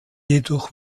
jedoch